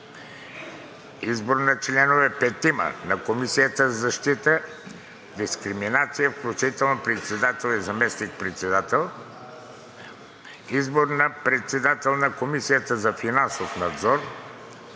Избор на членове – петима, на Комисията за защита от дискриминация, включително председател и заместник-председател. Избор на председател на Комисията за финансов надзор.